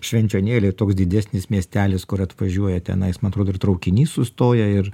švenčionėlių toks didesnis miestelis kur atvažiuoja tenais man atrodo ir traukinys sustoja ir